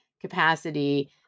capacity